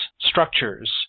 structures